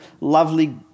lovely